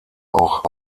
auch